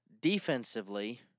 Defensively